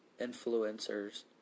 influencers